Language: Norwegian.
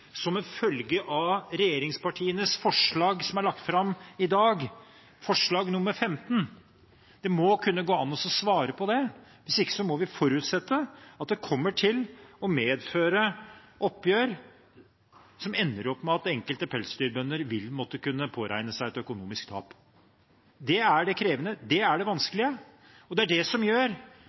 som en følge av regjeringspartienes forslag – forslag nr. 15 – som er lagt fram i dag? Det må kunne gå an å svare på det. Hvis ikke må vi forutsette at det kommer til å medføre oppgjør som ender med at enkelte pelsdyrbønder vil måtte påregne økonomisk tap. Det er det krevende. Det er det vanskelige. Det er det som gjør